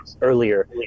earlier